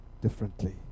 differently